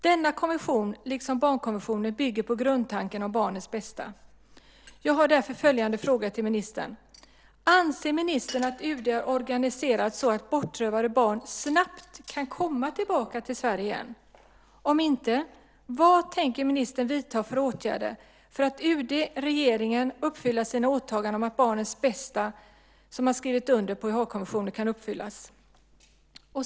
Denna konvention, liksom barnkonventionen, bygger på grundtanken om barnets bästa." Jag har därför följande frågor till ministern: Anser ministern att UD är organiserat så att bortrövade barn snabbt kan komma tillbaka till Sverige igen? Om inte, vad tänker ministern vidta för åtgärder för att UD och regeringen ska uppfylla sina åtaganden om att barnets bästa - som man har skrivit under på i Haagkonventionen - kan uppfyllas?